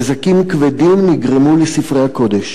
נזקים כבדים נגרמו לספרי הקודש.